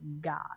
God